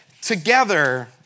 together